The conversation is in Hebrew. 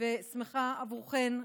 ושמחה עבורכן,